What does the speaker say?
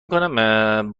کنم